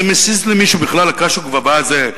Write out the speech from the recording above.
זה מזיז למישהו בכלל, הקש וגבבה האלה?